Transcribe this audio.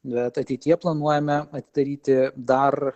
bet ateityje planuojame atidaryti dar